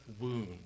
wound